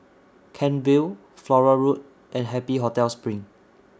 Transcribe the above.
Kent Vale Flora Road and Happy Hotel SPRING